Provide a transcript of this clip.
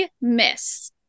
miss